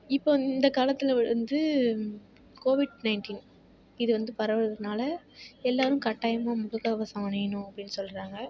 இப்போது இந்த காலத்தில் வந்து கோவிட் நயன்ட்டீன் இது வந்து பரவுகிறதுனால எல்லோரும் கட்டாயமாக முகக்கவசம் அணியணும் அப்படின்னு சொல்கிறாங்க